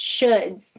shoulds